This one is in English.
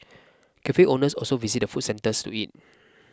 cafe owners also visit the food centre to eat